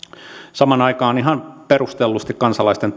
samaan aikaan ihan perustellusti kansalaisten